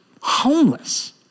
homeless